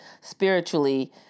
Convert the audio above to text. spiritually